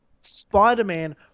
spider-man